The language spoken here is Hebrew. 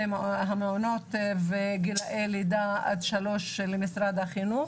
המעונות בגילי לידה עד שלוש למשרד החינוך.